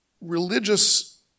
religious